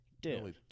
Dude